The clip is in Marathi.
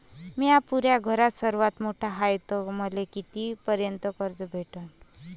म्या पुऱ्या घरात सर्वांत मोठा हाय तर मले किती पर्यंत कर्ज भेटन?